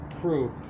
proof